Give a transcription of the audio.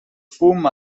fum